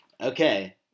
Okay